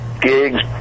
gigs